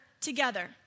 together